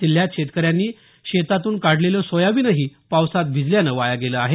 जिल्ह्यात शेतकऱ्यांनी शेतातून काढलेलं सोयाबीनही पावसात भिजल्यामुळे वाया गेलं आहे